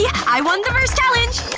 yeah i won the first challenge!